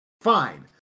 Fine